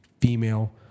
Female